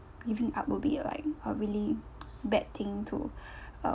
giving up will be like uh really bad thing to um